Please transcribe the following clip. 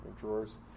drawers